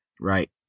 Right